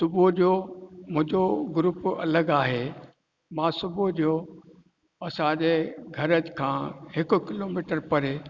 सुबुह जो मुंहिंजो ग्रुप अलॻि आहे मां सुबुह जो असांजे घर खां हिकु किलोमीटर परे